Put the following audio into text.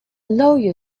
lawyer